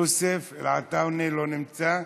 יוסף עטאונה לא נמצא.